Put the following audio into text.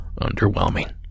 underwhelming